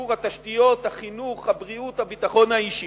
שיפור התשתיות, החינוך, הבריאות, הביטחון האישי.